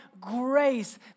grace